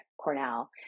Cornell